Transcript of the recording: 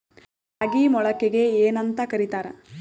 ರಾಗಿ ಮೊಳಕೆಗೆ ಏನ್ಯಾಂತ ಕರಿತಾರ?